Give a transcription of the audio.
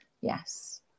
yes